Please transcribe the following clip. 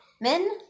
Men